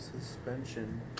suspension